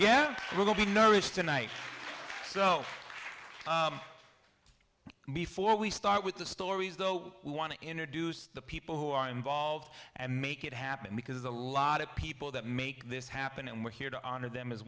yeah we'll be nervous tonight so before we start with the stories though we want to introduce the people who are involved and make it happen because a lot of people that make this happen and we're here to honor them as